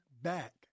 back